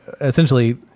essentially